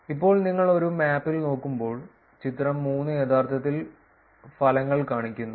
ഇപ്പോൾ നിങ്ങൾ ഒരു മാപ്പിൽ നോക്കുമ്പോൾ ചിത്രം 3 യഥാർത്ഥത്തിൽ ഫലങ്ങൾ കാണിക്കുന്നു